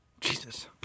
Jesus